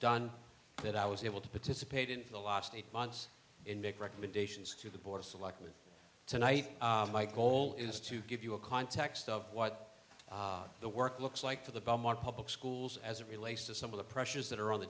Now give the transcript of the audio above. done that i was able to participate in the last eight months and make recommendations to the board of selectmen tonight my goal is to give you a context of what the work looks like to the belmont public schools as it relates to some of the pressures that are on the